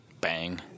Bang